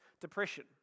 depression